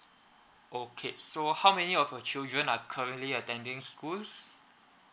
okay so how many of your children are currently attending schools